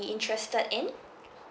interested in